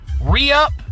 Re-up